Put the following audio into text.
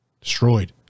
destroyed